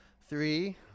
Three